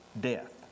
death